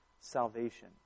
salvation